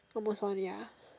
almost one ya